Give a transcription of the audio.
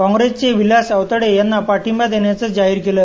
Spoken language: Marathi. कॉंप्रेसचे विलास अवतडे यांना पार्टीबा देण्याचं जाहिर केलं